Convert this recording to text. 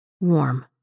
warm